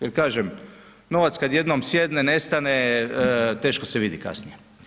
Jer kažem novac kad jednom sjedne, nestane, teško se vidi kasnije.